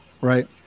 Right